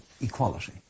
equality